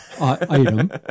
item